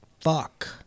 fuck